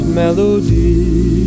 melody